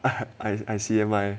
I I C_M_I